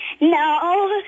No